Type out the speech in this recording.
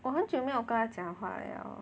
我很久没跟他讲讲话 liao